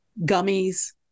gummies